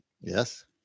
Yes